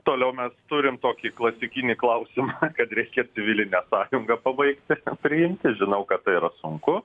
toliau mes turim tokį klasikinį klausimą kad reikia civilinę sąjungą pabaigti priimti žinau kad tai yra sunku